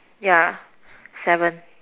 yeah seven